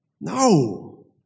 No